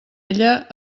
ella